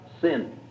sin